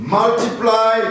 multiply